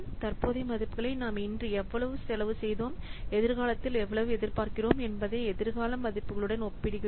தற்போதைய மதிப்புகளை நாம் இன்று எவ்வளவு செலவு செய்தோம் எதிர்காலத்தில் எவ்வளவு எதிர்பார்க்கிறோம் என்பதை எதிர்கால மதிப்புகளுடன் ஒப்பிடுகிறோம்